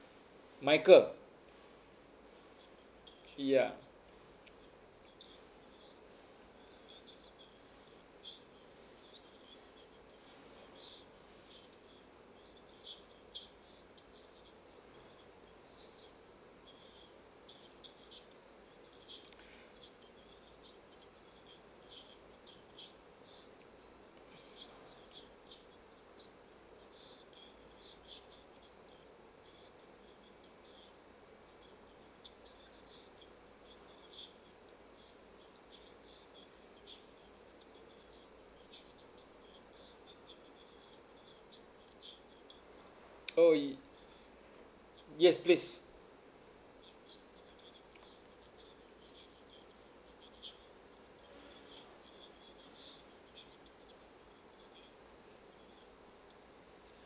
michael ya oh yes please